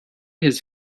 his